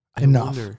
enough